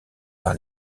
par